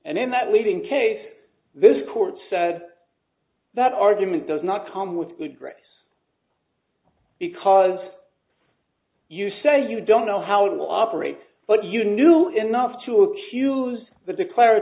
in that leading case this court said that argument does not come with good grace because you said you don't know how it will operate but you knew enough to accuse the declar